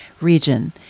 region